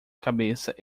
cabeça